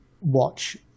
watch